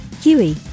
Huey